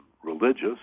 religious